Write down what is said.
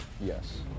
Yes